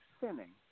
sinning